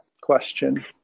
question